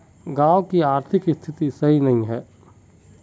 गाँव की आर्थिक स्थिति सही नहीं है?